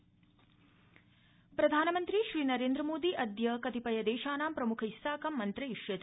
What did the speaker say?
प्रधानमन्त्री प्रधानमन्त्री श्रीनरेन्द्रमोदी अद्य कतिपय देशानां प्रमुखैस्साकं मन्त्रयिष्यति